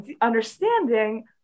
understanding